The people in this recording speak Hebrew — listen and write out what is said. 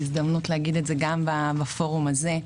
זו הזדמנות להגיד את זה גם בפורום הזה.